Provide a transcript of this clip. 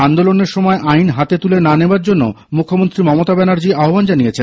আন্দোলনের সময় আইন হাতে তুলে না নেওয়ার জন্য মুখ্যমন্ত্রী মমতা ব্যানার্জী আহ্বান জানিয়েছেন